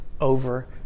over